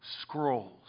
scrolls